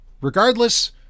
regardless